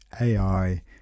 AI